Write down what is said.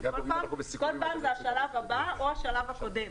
כל פעם זה השלב הבא או השלב הקודם.